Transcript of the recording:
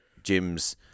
gyms